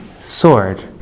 sword